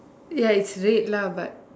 ya it's red lah but